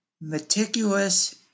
meticulous